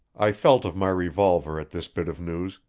i felt of my revolver at this bit of news,